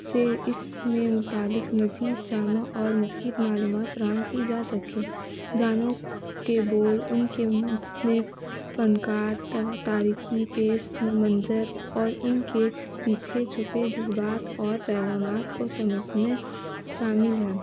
سے اس میں متعلق مزید جامع اور مفید معلومات فراہم کی جا سکے گانوں کے بول ان کے اس نے فنکار تاریخی پس منظر اور ان کے پیچھے چھپے جذبات اور پیغامات کو سمجھنے شامل ہے